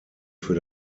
für